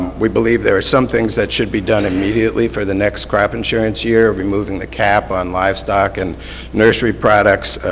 we believe there are some things that should be done immediately for the next crop insurance year, removing the cap on livestock and nursery products,